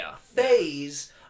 phase